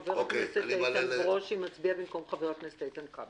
חבר הכנסת איתן ברושי מצביע במקום חבר הכנסת איתן כבל.